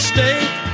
State